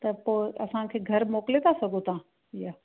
त पोइ असांखे घर मोकिले था सघो ईअं